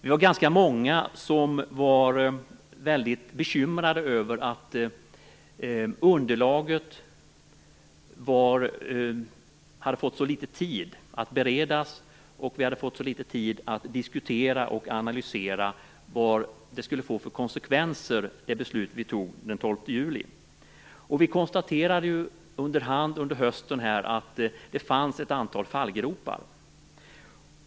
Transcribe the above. Vi var ganska många som var väldigt bekymrade över att det hade funnits så litet tid till att bereda underlaget och att vi hade fått så litet tid till att diskutera och analysera vilka konsekvenser det beslut vi fattade den 12 juli skulle få. Vi konstaterade under hand under hösten att det fanns ett antal fallgropar.